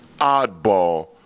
oddball